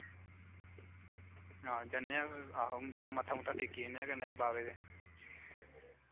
आहो जन्ने आं ते कन्नै मत्था टेकी ओड़ने आं बाबा दे